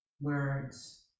words